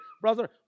Brother